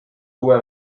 uue